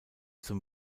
zum